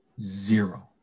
zero